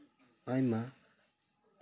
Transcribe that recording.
ᱟᱭᱢᱟ